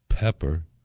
Pepper